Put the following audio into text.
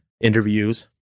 interviews